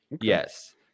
Yes